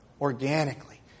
organically